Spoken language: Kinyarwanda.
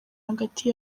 hagati